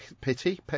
pity